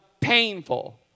painful